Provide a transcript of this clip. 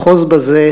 "אחוז בזה,